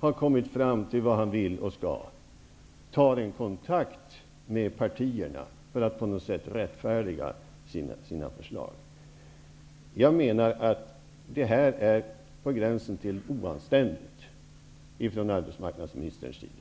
har kommit fram till vad han vill och skall göra, tar kontakt med partierna för att på något sätt rättfärdiga sina förslag. Jag menar att det här är på gränsen till oanständigt från arbetsmarknadsministerns sida.